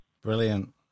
Brilliant